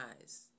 eyes